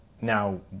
now